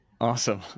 Awesome